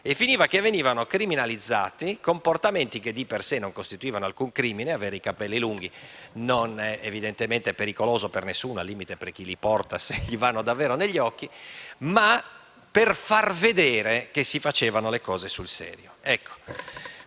In tal modo venivano criminalizzati comportamenti che, di per sé, non costituivano alcun crimine (avere i capelli lunghi non è pericoloso per nessuno, al limite per chi li porta se gli vanno davvero negli occhi) solo per far vedere che si facevano le cose sul serio. In